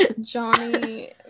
Johnny